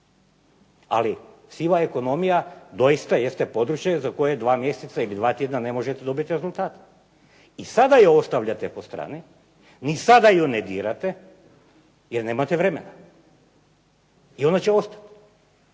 ali siva ekonomija doista jeste područje za koje dva mjeseca ili dva tjedna ne možete dobiti rezultate. I sada ju ostavljate po strani, ni sada ju ne dirate jer nemate vremena i ona će ostati,